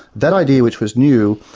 that idea, which was new,